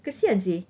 kesian seh